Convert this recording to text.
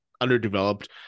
underdeveloped